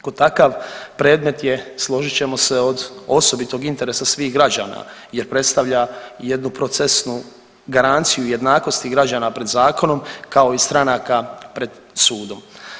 Ko takav predmet je složit ćemo se od osobitog interesa svih građana jer predstavlja jednu procesnu garanciju jednakosti građana pred zakonom kao i stranaka pred sudom.